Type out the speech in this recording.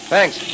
Thanks